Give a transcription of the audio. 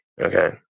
okay